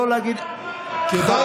תודה רבה, אדוני היושב-ראש.